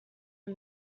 are